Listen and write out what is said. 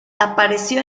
apareció